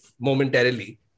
momentarily